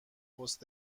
پست